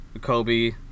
Kobe